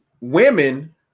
women